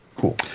Cool